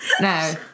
No